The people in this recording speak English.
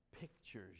pictures